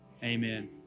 Amen